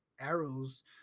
arrows